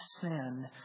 sin